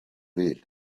wheel